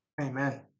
Amen